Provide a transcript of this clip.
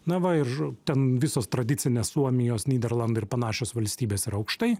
na va ir ten visos tradicinės suomijos nyderlandai ir panašios valstybės yra aukštai